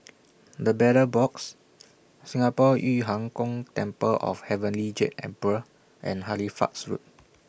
The Battle Box Singapore Yu Huang Gong Temple of Heavenly Jade Emperor and Halifax Road